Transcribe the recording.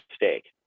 mistake